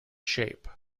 shape